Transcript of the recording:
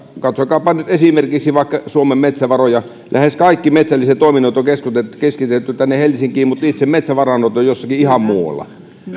katsokaapa nyt esimerkiksi suomen metsävaroja lähes kaikki metsälliset toiminnot on keskitetty keskitetty tänne helsinkiin mutta itse metsävarannot ovat jossakin ihan muualla